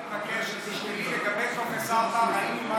אני רק מבקש שתשקלי לגבי טופס